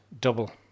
double